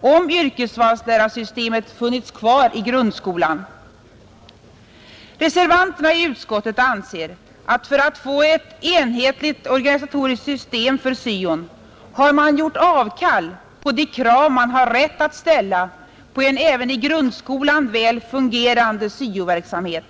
om yrkesvalslärarsystemet funnits kvar i grundskolan. Reservanterna i utskottet anser att för att få ett enhetligt organisatoriskt system för syo har man gjort avkall på de krav vi har rätt att ställa på en även i grundskolan väl fungerande syo-verksamhet.